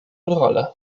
rolle